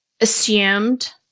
assumed